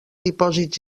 dipòsits